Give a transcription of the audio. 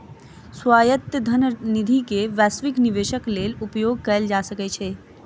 स्वायत्त धन निधि के वैश्विक निवेशक लेल उपयोग कयल जा सकै छै